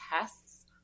tests